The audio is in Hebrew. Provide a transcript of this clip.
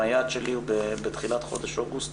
היעד שלי הוא בתחילת חודש אוגוסט